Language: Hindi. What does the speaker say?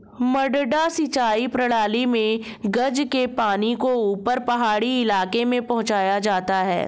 मडडा सिंचाई प्रणाली मे गज के पानी को ऊपर पहाड़ी इलाके में पहुंचाया जाता है